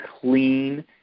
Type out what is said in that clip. clean